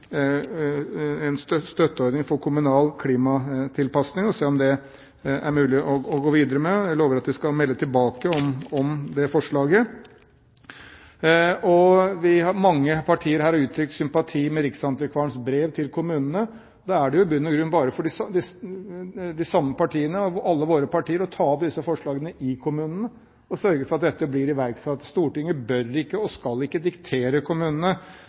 en støtteordning for kommunal klimatilpasning og se om det er mulig å gå videre med. Jeg lover at vi skal melde tilbake om det forslaget. Mange partier her har uttrykt sympati med riksantikvarens brev til kommunene. Da er det jo i bunn og grunn bare for de samme partiene og alle våre partier å ta opp disse forslagene i kommunene og sørge for at dette blir iverksatt. Stortinget bør ikke og skal ikke diktere kommunene.